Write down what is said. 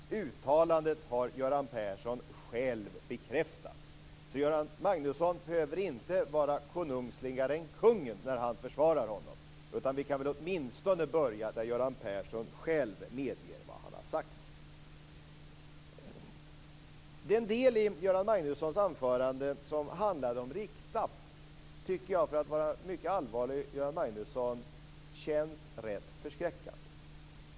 Det uttalandet har Göran Persson själv bekräftat. Göran Magnusson behöver inte vara konungsligare än kungen när han försvarar honom, utan vi kan väl åtminstone börja där Göran Persson själv medger vad han har sagt. Den del av Göran Magnussons anförande som handlade om Rikta tycker jag, för att vara mycket allvarlig, Göran Magnusson, känns rätt förskräckande.